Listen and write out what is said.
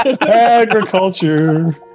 Agriculture